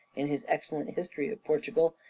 in his excellent history of portugal,